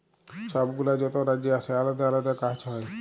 ছব গুলা যত রাজ্যে আসে আলেদা আলেদা গাহাচ হ্যয়